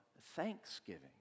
thanksgiving